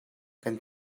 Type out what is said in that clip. kan